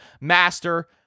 Master